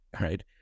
right